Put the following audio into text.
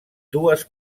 dues